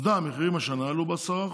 עובדה, המחירים השנה עלו ב-10%,